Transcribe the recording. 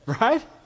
Right